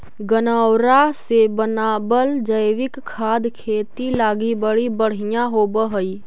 गनऔरा से बनाबल जैविक खाद खेती लागी बड़ी बढ़ियाँ होब हई